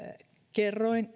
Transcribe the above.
kerroin